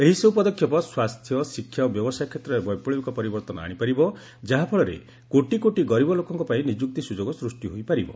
ଏହିସର୍ ପଦକ୍ଷେପ ସ୍ୱାସ୍ଥ୍ୟ ଶିକ୍ଷା ଓ ବ୍ୟବସାୟ କ୍ଷେତ୍ରରେ ବୈପ୍ଲବିକ ପରିବର୍ତ୍ତନ ଆଶିପାରିବ ଯାହାଫଳରେ କୋଟି କୋଟି ଗରିବ ଲୋକଙ୍କ ପାଇଁ ନିଯୁକ୍ତି ସୁଯୋଗ ସୃଷ୍ଟି ହୋଇପାରିବ